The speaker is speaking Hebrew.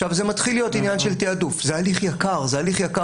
שזה לדון